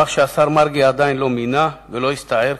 כך שהשר מרגי עדיין לא מינה ולא הסתער,